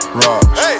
rocks